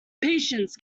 patience